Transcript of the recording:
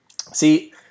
See